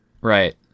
Right